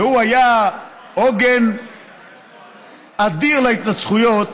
שהיה עוגן אדיר להתנצחויות,